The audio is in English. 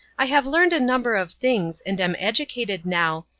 i have learned a number of things, and am educated, now,